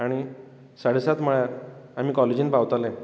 आनी साडेसात म्हळ्यार आमी कॉलेजींत पावताले